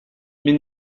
mais